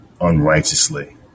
Unrighteously